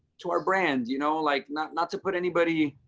to our brand you know like not not to put anybody,